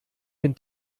den